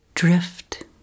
drift